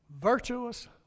virtuous